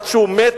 עד שהוא מת,